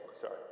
sorry